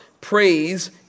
Praise